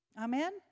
Amen